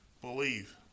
believe